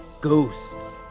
ghosts